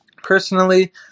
Personally